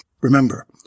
Remember